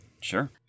Sure